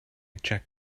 check